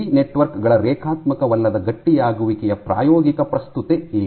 ಈ ನೆಟ್ವರ್ಕ್ ಗಳ ರೇಖಾತ್ಮಕವಲ್ಲದ ಗಟ್ಟಿಯಾಗುವಿಕೆಯ ಪ್ರಾಯೋಗಿಕ ಪ್ರಸ್ತುತತೆ ಏನು